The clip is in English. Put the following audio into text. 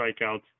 strikeouts